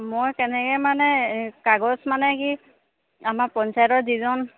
মই কেনেকৈ মানে কাগজ মানে কি আমাৰ পঞ্চায়তৰ যিজন